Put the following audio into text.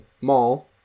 mall